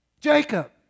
Jacob